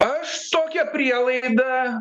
aš tokią prielaidą